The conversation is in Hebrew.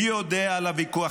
מי יודע על הוויכוח?